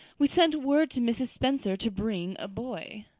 we sent word to mrs. spencer to bring a boy.